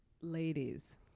Ladies